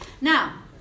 Now